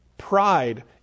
pride